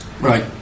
right